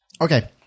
Okay